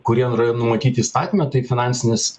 kurie numatyti įstatyme tai finansinis